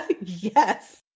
Yes